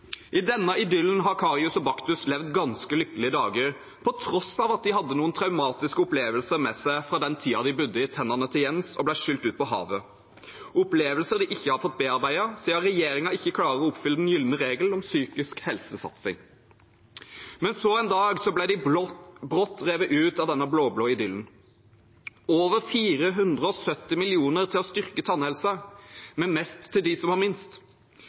I denne idyllen har Karius og Baktus levd ganske lykkelige dager, på tross av at de hadde noen traumatiske opplevelser med seg fra den tiden de bodde i tennene til Jens og ble skylt ut på havet – opplevelser de ikke har fått bearbeidet, siden regjeringen ikke klarer å oppfylle den gylne regel om psykisk helsesatsing. Men så en dag ble de brått revet ut av denne blå-blå idyllen: over 470 mill. kr til å styrke tannhelsen, men mest til dem som har minst.